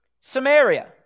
Samaria